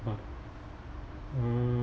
but uh